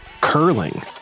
curling